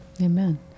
Amen